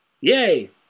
Yay